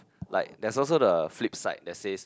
like there's also the flip side that says